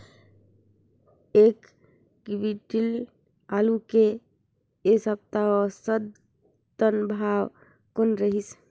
एक क्विंटल आलू के ऐ सप्ता औसतन भाव कौन रहिस?